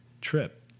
trip